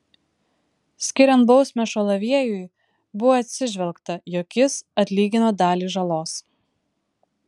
skiriant bausmę šalaviejui buvo atsižvelgta jog jis atlygino dalį žalos